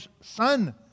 son